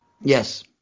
Yes